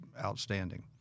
outstanding